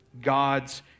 God's